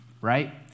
right